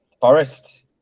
Forest